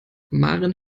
maren